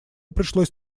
пришлось